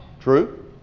True